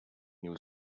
new